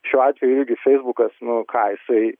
šiuo atveju irgi feisbukas nu ką jisai